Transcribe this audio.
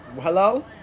Hello